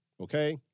Okay